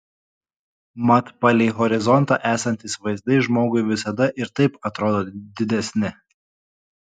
mat palei horizontą esantys vaizdai žmogui visada ir taip atrodo didesni